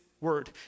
word